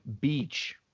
Beach